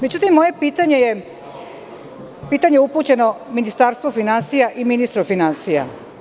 Međutim, moje pitanje je pitanje upućeno Ministarstvu finansija i ministru finansija.